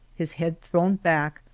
his head thrown back,